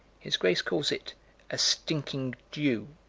his grace calls it a stinking dew.